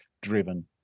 driven